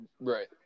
Right